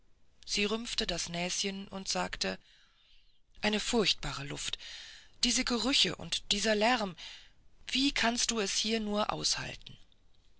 sie rümpfte das näschen und sagte eine furchtbare luft diese gerüche und dieser lärm wie kannst du es nur hier aushalten